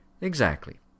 Exactly